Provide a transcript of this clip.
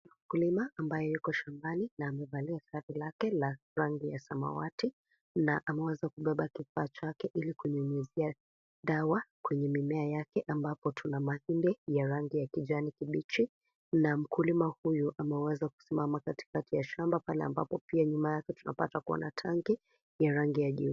Mkulima, ambaye yuko shambani na amevalia vazi lake la rangi ya samawati na ameweza kubeba kifaa chake, ili kunyunyuzia dawa kwenye mimea yake, ambapo tuna mashinde ya rangi ya kijani kibichi na mkulima huyu ameweza kusimama katikati ya shamba pale ambapo, pia nyuma yake tunapata kuona tangi ya rangi ya yellow .